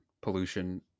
pollution